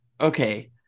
okay